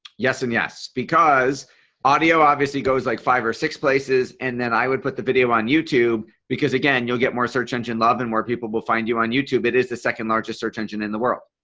yes and yes because audio obviously goes like five or six places and then i would put the video on youtube because again you'll get more search engine love and where people will find you on youtube it is the second-largest search engine in the world.